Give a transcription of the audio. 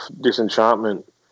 Disenchantment